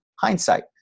hindsight